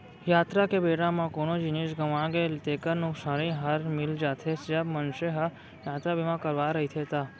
यातरा के बेरा म कोनो जिनिस गँवागे तेकर नुकसानी हर मिल जाथे, जब मनसे ह यातरा बीमा करवाय रहिथे ता